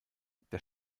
der